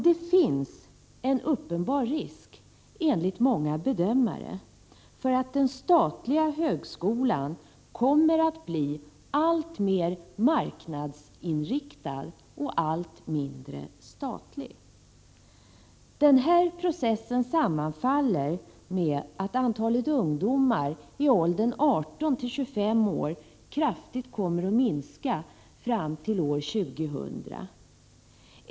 Det finns enligt många bedömare en uppenbar risk för att den statliga högskolan kommer att bli alltmer marknadsinriktad och allt mindre statlig. Denna process sammanfaller med att antalet ungdomar i åldern 18-25 år kommer att minska kraftigt fram till år 2000.